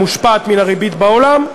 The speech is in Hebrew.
המושפעת מן הריבית בעולם.